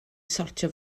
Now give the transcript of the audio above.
sortio